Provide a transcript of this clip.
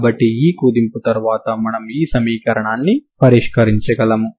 కాబట్టి ఈ కుదింపు తర్వాత మనము ఈ సమీకరణాన్ని పరిష్కరించగలము